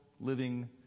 living